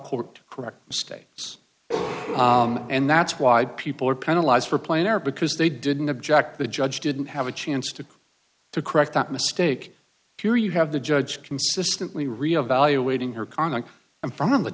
court correct states and that's why people are penalize for playing are because they didn't object the judge didn't have a chance to to correct that mistake here you have the judge consistently reevaluating her conduct in front of